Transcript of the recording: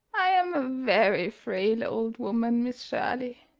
i am a very frail old woman, miss shirley.